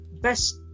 best